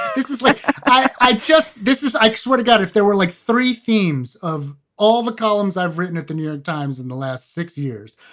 this is like i just this is i swear to god, if there were like three themes of all the columns i've written at the new york times in the last six years,